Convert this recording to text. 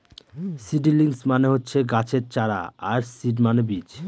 seedlings মানে হচ্ছে গাছের চারা আর সিড মানে বীজ